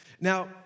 Now